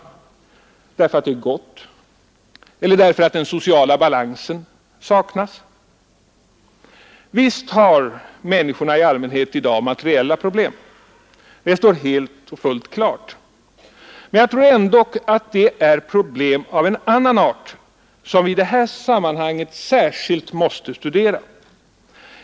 Gör man det därför att det är gott — eller därför att den sociala balansen saknas? Visst har människorna i allmänhet i dag materiella problem. Det står helt klart. Men jag tror ändå att det är problem av en annan art som i detta sammanhang särskilt måste studeras.